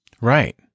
Right